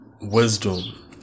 wisdom